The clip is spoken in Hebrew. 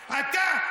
הגופים.